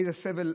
איזה סבל.